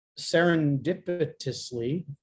serendipitously